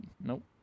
Nope